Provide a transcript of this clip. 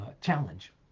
challenge